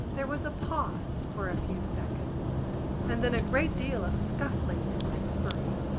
there was a pause for a few seconds and then a great deal of scuffling and whispering.